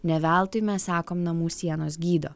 ne veltui mes sakom namų sienos gydo